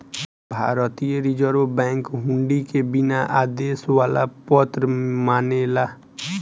भारतीय reserve bank हुंडी के बिना आदेश वाला पत्र मानेला